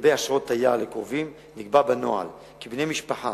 לגבי אשרות תייר לקרובים, נקבע בנוהל כי בני משפחה